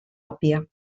òbvia